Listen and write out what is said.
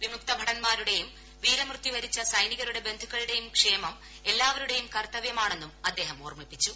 വിമുക്ത ഭടൻമാരുടെയും വീരമൃത്യു വരിച്ച സൈനികരുടെ ബന്ധുക്കളുടെയും ക്ഷേമം എല്ലാവരുടെയും കർത്തവൃമാണെന്നും അദ്ദേഹം ഓർമിപ്പിച്ചു